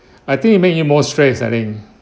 I think it make you more stress I think